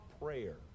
prayer